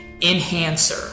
enhancer